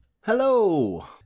Hello